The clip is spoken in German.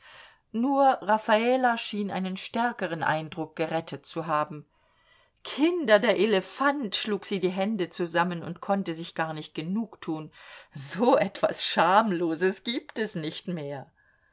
nur raffala schien einen stärkeren eindruck gerettet zu haben kinder der elefant schlug sie die hände zusammen und konnte sich gar nicht genugtun so etwas schamloses gibt es nicht mehr